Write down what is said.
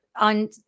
on